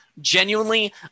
genuinely